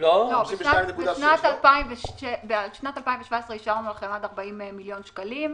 בשנת 2017 אישרנו לכם עד 40 מיליון שקלים.